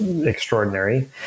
extraordinary